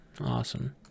Awesome